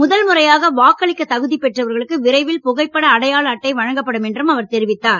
முதல் முறையாக வாக்களிக்க தகுதி பெற்றவர்களுக்கு விரைவில் புகைப்பட அடையாள அட்டை வழங்கப்படும் என்றும் அவர் தெரிவித்தார்